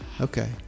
okay